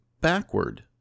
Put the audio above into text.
backward